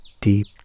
deep